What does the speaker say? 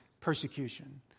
persecution